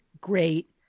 great